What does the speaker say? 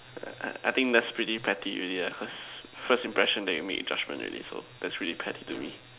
I I I think that's pretty petty already lah cause first impression that you make you judgement already so that's pretty petty to me